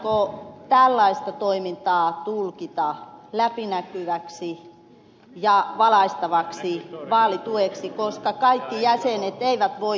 voidaanko tällainen toiminta tulkita läpinäkyväksi ja valaistavaksi vaalitueksi koska kaikki jäsenet eivät voi tähän vaikuttaa